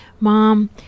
Mom